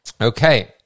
Okay